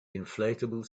inflatable